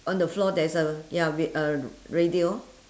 on the floor there's a ya ra~ a radio